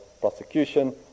prosecution